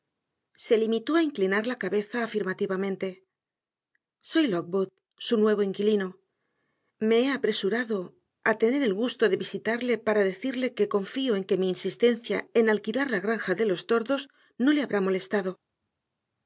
se limitó a inclinar la cabeza afirmativamente soy lockwood su nuevo inquilino me he apresurado a tener el gusto de visitarle para decirle que confío en que mi insistencia en alquilar la granja de los tordos no le habrá molestado